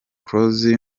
close